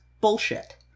bullshit